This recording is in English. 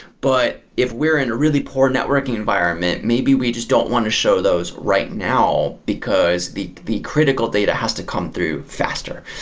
but if we are in really poor networking environment, maybe we just don't want to show those right now, because the the critical data has to come through faster.